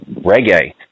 reggae